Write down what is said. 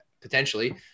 potentially